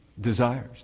desires